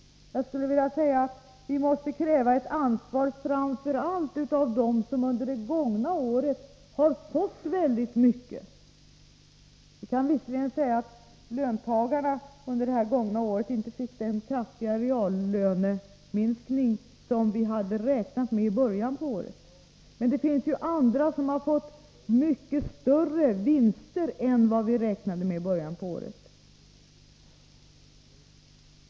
Jag skulle vilja säga att vi måste kräva ett ansvar framför allt ftrån dem som under det gångna året har fått mycket. Visserligen fick inte löntagarna den kraftiga reallöneminskning som vi hade räknat med i början av året, men andra har fått mycket större vinster än vad vi räknade med.